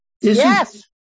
Yes